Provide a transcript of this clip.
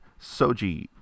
Soji